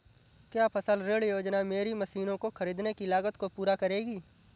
क्या फसल ऋण योजना मेरी मशीनों को ख़रीदने की लागत को पूरा करेगी?